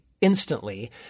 instantly